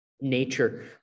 nature